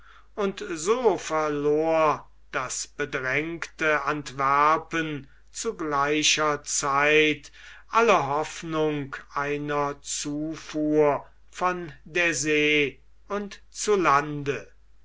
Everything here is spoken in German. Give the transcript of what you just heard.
und so verlor das bedrängte antwerpen zu gleicher zeit alle hoffnung einer zufuhr von der see und zu lande